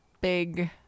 big